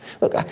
look